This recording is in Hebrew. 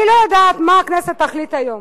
אני לא יודעת מה הכנסת תחליט היום,